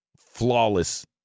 flawless